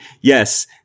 yes